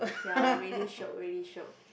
ya really shiok really shiok